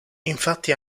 infatti